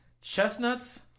chestnuts